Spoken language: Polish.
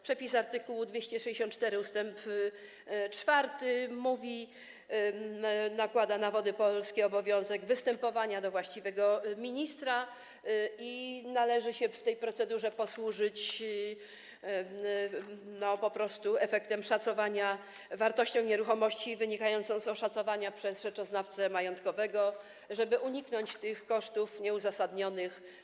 Przepis art. 264 ust. 4 nakłada na Wody Polskie obowiązek występowania do właściwego ministra i należy się w tej procedurze posłużyć po prostu efektem szacowania, wartością nieruchomości wynikającą z oszacowania przez rzeczoznawcę majątkowego, żeby uniknąć tych kosztów nieuzasadnionych.